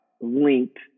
linked